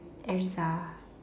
erza